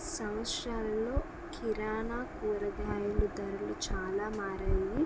సంవత్సరాలలో కిరాణా కూరగాయలు ధరలు చాలా మారాయి